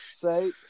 Say